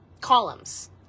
columns